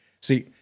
See